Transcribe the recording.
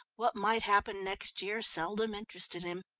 what might happen next year seldom interested him,